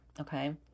okay